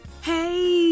Hey